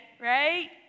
Right